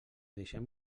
deixem